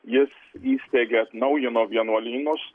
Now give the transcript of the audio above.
jis įsteigė atnaujino vienuolynus